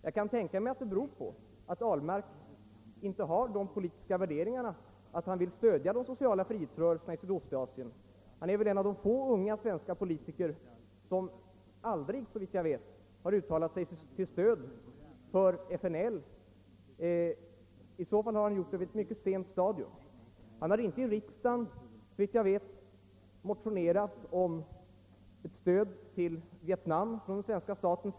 Jag kan tänka mig att det beror på att herr Ahlmark inte har sådana politiska värderingar att han vill stödja de sociala frihetsrörelserna i Sydostasien. Herr Ahlmark är en av de unga politiker som aldrig, såvitt jag vet, uttalat sig för stöd till FNL. I så fall har han gjort det på ett mycket sent sta dium. Men han har inte i riksdagen, såvitt jag vet, motionerat om ett stöd till Vietnam från den svenska staten.